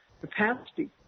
capacity